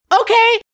Okay